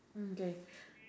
mm K